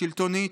השלטונית,